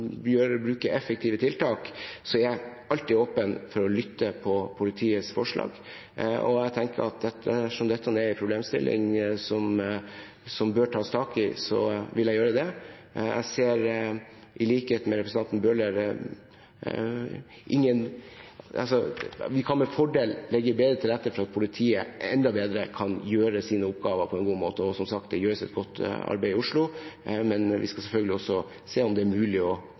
bruke effektive tiltak, er jeg alltid åpen for å lytte til politiets forslag. Jeg tenker at dersom dette er en problemstilling som bør tas tak i, vil jeg gjøre det. Jeg ser i likhet med representanten Bøhler at vi med fordel kan legge bedre til rette for at politiet enda bedre kan gjøre sine oppgaver på en god måte. Som sagt gjøres det et godt arbeid i Oslo, men vi skal selvfølgelig også se om det er mulig å